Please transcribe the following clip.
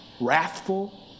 Wrathful